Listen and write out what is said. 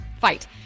Fight